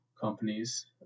companies